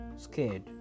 Scared